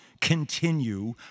continue